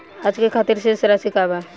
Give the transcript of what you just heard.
आज के खातिर शेष राशि का बा?